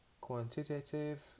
quantitative